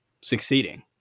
succeeding